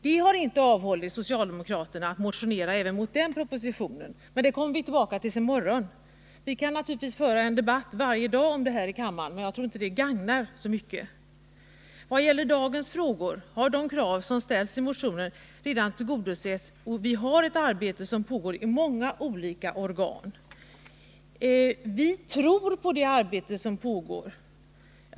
Det har inte hindrat socialdemokraterna från att motionera även mot den propositionen, Men detta kommer vi tillbaka till i morgon. Vi kan naturligtvis föra en debatt om det här i kammaren varje dag, men jag tror inte det skulle tjäna mycket till. Vad gäller dagens frågor har de krav som ställts i motionen redan tillgodosetts. Vi har ett arbete som pågår i många olika organ, och vi tror på det arbete som pågår.